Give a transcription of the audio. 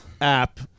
app